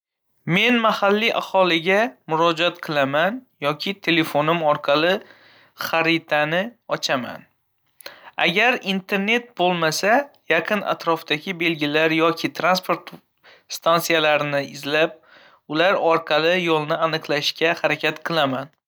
Men mahalliy aholiga murojaat qilaman yoki telefonim orqali xaritani ochaman. Agar internet bo'lmasa, yaqin atrofdagi belgilar yoki transport stantsiyalarini izlab, ular orqali yo'lni aniqlashga harakat qilaman.